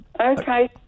Okay